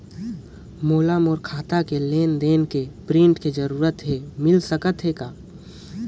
मोला मोर खाता के लेन देन के प्रिंट के जरूरत हे मिल सकत हे का?